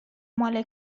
مال